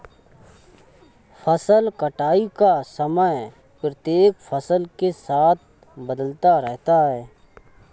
फसल कटाई का समय प्रत्येक फसल के साथ बदलता रहता है